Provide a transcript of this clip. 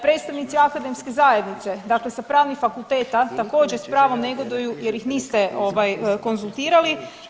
Predstavnici akademske zajednice, dakle sa pravnih fakulteta također sa pravom negoduju jer ih niste konzultirali.